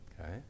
okay